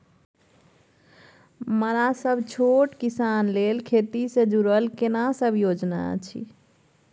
मरा सब छोट किसान लेल खेती से जुरल केना सब योजना अछि?